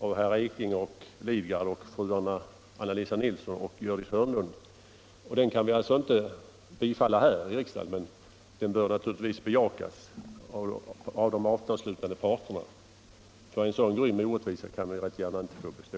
av herrar Ekinge och Lidgard och fruarna Anna-Lisa Nilsson och Gördis Hörnlund. Den kan vi alltså inte bifalla här i riksdagen, men den bör naturligtvis bejakas av de avtalsslutande parterna. En så grym orättvisa kan inte gärna få bestå!